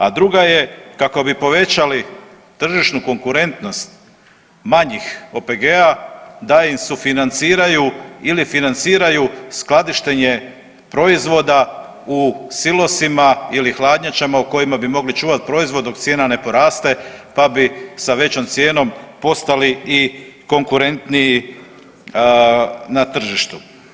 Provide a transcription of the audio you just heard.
A druga je kako bi povećali tržišnu konkurentnost manjih OPG-a da im sufinanciraju ili financiraju skladištenje proizvoda u silosima ili hladnjačama u kojima bi mogli čuvati proizvod dok cijena ne poraste pa bi sa većom cijenom postali i konkurentniji na tržištu.